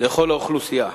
לכל האוכלוסייה,